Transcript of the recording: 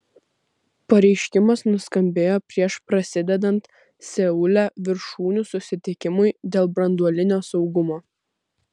pareiškimas nuskambėjo prieš prasidedant seule viršūnių susitikimui dėl branduolinio saugumo